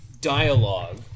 dialogue